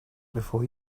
before